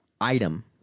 item